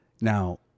now